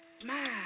Smile